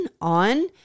on